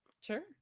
Sure